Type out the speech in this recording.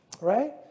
Right